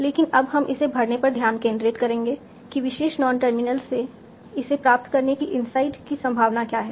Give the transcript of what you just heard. लेकिन अब हम इसे भरने पर ध्यान केंद्रित करेंगे कि विशेष नॉन टर्मिनल से इसे प्राप्त करने की इनसाइड की संभावना क्या है